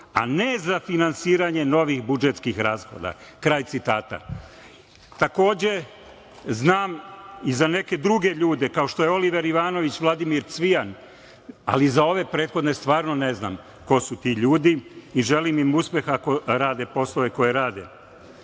a ne za finansiranje novih budžetskih rashoda. Kraj citata. Takođe, znam i za neke druge ljude, kao što je Oliver Ivanović, Vladimir Cvijan, ali za ove prethodne stvarno ne znam ko su ti ljudi i želim im uspeh ako rade poslove koje rade. Ono